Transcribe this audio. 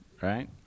right